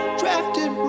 drafted